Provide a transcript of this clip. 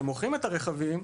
כשמוכרים את הרכבים,